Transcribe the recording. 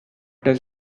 does